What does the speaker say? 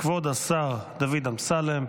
כבוד השר דוד אמסלם,